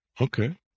okay